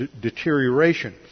deterioration